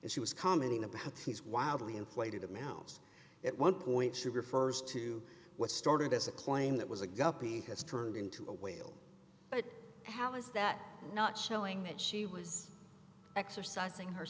as he was commenting about his wildly inflated amounts at one point she refers to what started as a claim that was a gulp he has turned into a whale but how is that not showing that she was exercising her